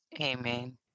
Amen